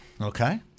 Okay